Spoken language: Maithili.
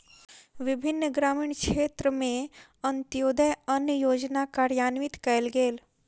विभिन्न ग्रामीण क्षेत्र में अन्त्योदय अन्न योजना कार्यान्वित कयल गेल